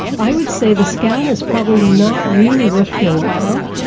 i would say the scan is probably not really worth your while,